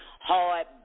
Hard